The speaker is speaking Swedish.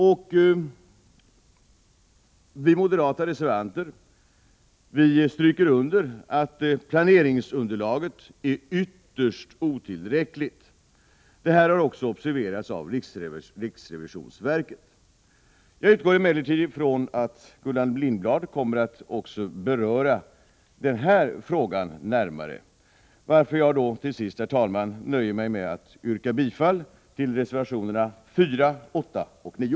De moderata reservanterna stryker under att planeringsunderlaget är ytterst otillräckligt. Detta har också observerats av riksrevisionsverket. Jag utgår emellertid från att Gullan Lindblad kommer att beröra även den här frågan närmare, varför jag till sist, herr talman, nöjer mig med att yrka bifall till reservationerna 4, 8 och 9.